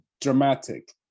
dramatic